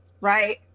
right